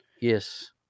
yes